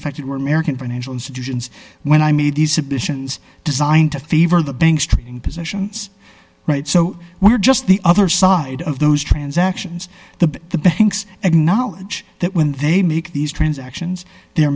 affected were american national institutions when i made these submissions designed to favor the banks trading positions right so we're just the other side of those transactions the the banks acknowledge that when they make these transactions they